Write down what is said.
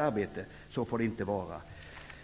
arbete. Så får det inte vara.